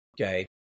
Okay